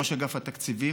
ראש אגף התקציבים,